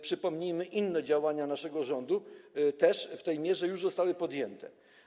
Przypomnijmy, że inne działania naszego rządu też w tej mierze już zostały podjęte.